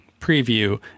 preview